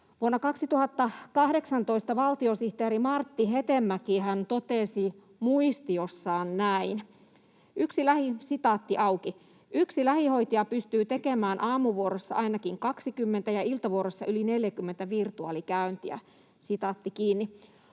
Vuonna 2018 valtiosihteeri Martti Hetemäkihän totesi muistiossaan näin: ”Yksi lähihoitaja pystyy tekemään aamuvuorossa ainakin 20 ja iltavuorossa yli 40 virtuaalikäyntiä.”